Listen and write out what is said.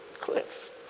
cliff